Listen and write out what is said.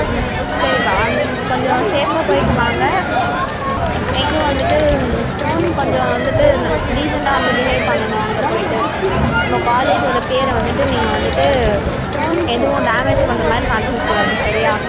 ம் சரிப்பா ஆந் கொஞ்சம் சேஃபாக போய்விட்டு வாங்க எங்கேயும் வந்துவிட்டு கொஞ்சம் வந்துட்டு ந டீசென்ட்டாக வந்து பிஹேவ் பண்ணனும் அங்கே போய்விட்டு நம்ம காலேஜோட பேரை வந்துட்டு நீங்கள் வந்துட்டு எதுவும் டேமேஜ் பண்றமாதிரி நடந்துக் கூடாது சரியா